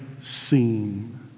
seen